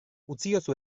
utziozu